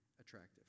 attractive